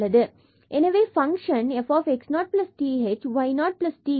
எனவே function function f x 0 th y 0 tk